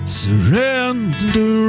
surrender